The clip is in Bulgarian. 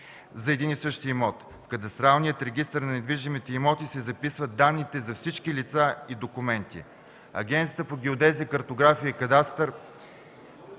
за един и същи имот. В кадастралния регистър на недвижимите имоти се записват данните за всички лица и документи. Агенцията по геодезия, картография и кадастър,